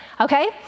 Okay